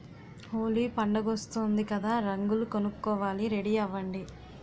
హోలీ పండుగొస్తోంది కదా రంగులు కొనుక్కోవాలి రెడీ అవ్వండి